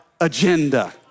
agenda